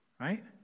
right